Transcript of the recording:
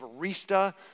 barista